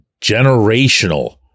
generational